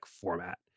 format